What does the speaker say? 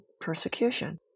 persecution